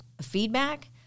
feedback